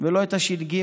ולא את הש"ג.